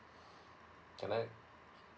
can I